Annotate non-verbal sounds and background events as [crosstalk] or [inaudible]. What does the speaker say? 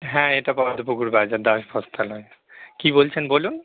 হ্যাঁ এটা পাওয়া যাবে পুকুর [unintelligible] দাস বস্ত্রালয় কী বলছেন বলুন